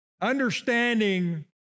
Understanding